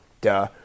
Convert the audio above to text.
Duh